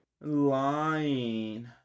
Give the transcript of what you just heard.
Lying